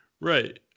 Right